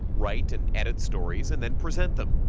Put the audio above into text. write and edit stories and then present them.